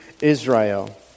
Israel